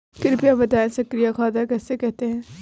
कृपया बताएँ सक्रिय खाता किसे कहते हैं?